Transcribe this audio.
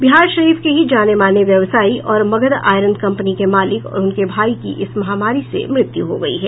बिहारशरीफ के ही जानेमाने व्यावसायी और मगध आयरन कंपनी के मालिक और उनके भाई की इस महामारी से मृत्यु हो गयी है